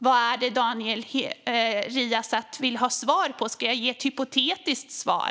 Vad är det Daniel Riazat vill ha svar på? Ska jag ge ett hypotetiskt svar?